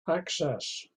access